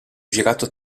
girato